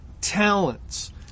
talents